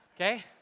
Okay